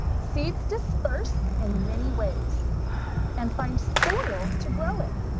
seeds disperse in many ways and find soil to grow in.